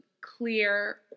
clear